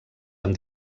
amb